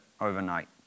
overnight